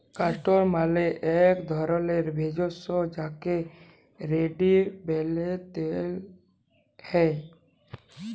castor মালে এক ধরলের ভেষজ যাকে রেড়ি ব্যলে তেল হ্যয়